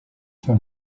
for